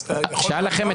את תדברי,